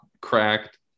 cracked